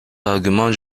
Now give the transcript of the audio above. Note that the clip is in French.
arguments